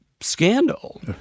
scandal